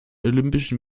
olympischen